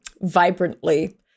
vibrantly